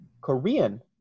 Korean